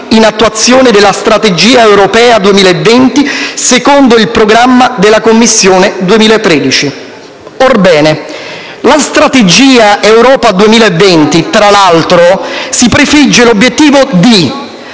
in attuazione della strategia Europa 2020, secondo il programma della Commissione 2013. Orbene, la strategia Europa 2020, tra l'altro, si prefigge l'obiettivo di